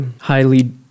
highly